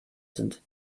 sind